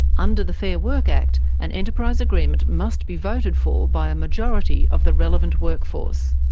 under the fair work act, an enterprise agreement must be voted for by a majority of the relevant workforce.